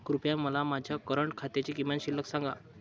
कृपया मला माझ्या करंट खात्याची किमान शिल्लक सांगा